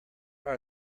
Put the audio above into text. are